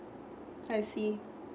I see